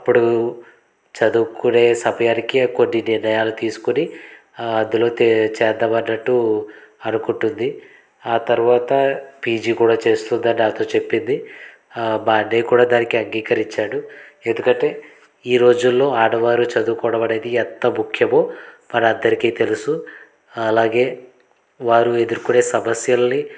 అప్పుడు చదువుకునే సమయానికి కొన్ని నిర్ణయాలు తీసుకొని అందులో చేద్దాం అన్నట్టు అనుకుంటుంది ఆ తర్వాత పీజీ కూడా చేస్తుంది అని నాతో చెప్పింది మా అన్నయ్య కూడా దానికి అంగీకరించాను ఎందుకంటే ఈరోజుల్లో ఆడవారు చదువుకోవడం అనేది ఎంత ముఖ్యమో మన అందరికీ తెలుసు అలాగే వారు ఎదుర్కొనే సమస్యల్ని